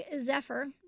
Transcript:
Zephyr